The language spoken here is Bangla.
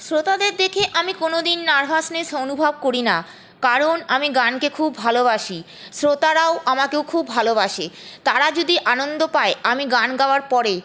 শ্রোতাদের দেখে আমি কোনো দিন নার্ভাসনেস অনুভব করি না কারণ আমি গানকে খুব ভালোবাসি শ্রোতারাও আমাকেও খুব ভালোবাসে তারা যদি আনন্দ পায় আমি গান গাওয়ার পরে